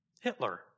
Hitler